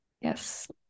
yes